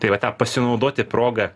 tai va ta pasinaudoti proga